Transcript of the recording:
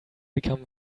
become